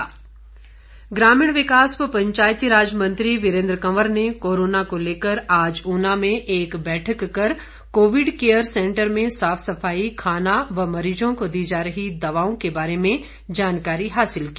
वीरेन्द्र कंवर ग्रामीण विकास पंचायतीराज व कृषि मंत्री वीरेन्द्र कंवर ने कोरोना को लेकर आज ऊना में एक बैठक कर कोविड केयर सेंटर में साफ सफाई खाना व मरीजों को दी जा रही दवाओं के बारे जानकारी हासिल की